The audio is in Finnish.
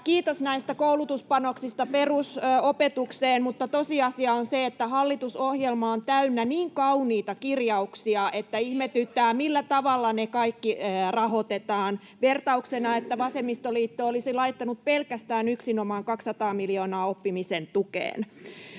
Kiitos näistä koulutuspanoksista perusopetukseen, mutta tosiasia on se, että hallitusohjelma on täynnä niin kauniita kirjauksia, [Kokoomuksen ryhmästä: Euroja!] että ihmetyttää, millä tavalla ne kaikki rahoitetaan. Vertauksena: vasemmistoliitto olisi laittanut 200 miljoonaa yksinomaan oppimisen tukeen.